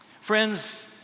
Friends